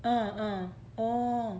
uh uh oh